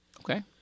Okay